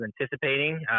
anticipating